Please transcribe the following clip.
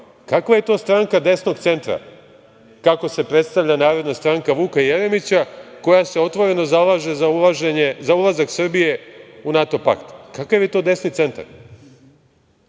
kakva je to stranka desnog centra, kako se predstavlja Narodna stranka Vuka Jeremića koja se otvoreno zalaže za ulazak Srbije u NATO pakt? Kakav je to desni centar? Čovek